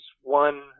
one